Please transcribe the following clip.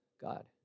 God